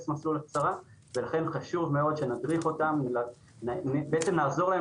מסלול הצהרה ולכן חשוב מאוד שנדריך אותם ונעזור להם